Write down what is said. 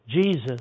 Jesus